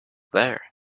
there